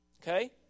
Okay